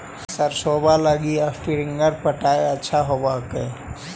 सरसोबा लगी स्प्रिंगर पटाय अच्छा होबै हकैय?